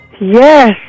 Yes